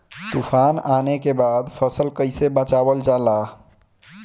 तुफान आने के बाद फसल कैसे बचावल जाला?